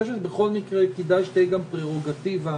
בכל מקרה כדאי שתהיה גם פררוגטיבה